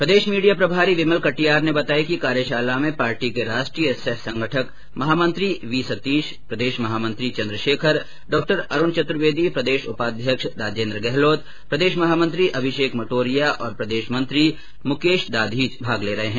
प्रदेश media प्रभारी विमल कटियार ने बताया कि कार्यशाला में पार्टी के राष्ट्रीय सह संगठन महामंत्री वी सतीश प्रदेश महामंत्री चन्द्रशेखर डॉ अरूण चतुर्वेदी प्रदेश उपाध्यक्ष राजेन्द्र गहलोत प्रदेश महामंत्री अभिषेक मटोरिया और प्रदेश मंत्री मुकेश दाधीच भाग ले रहे है